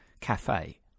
cafe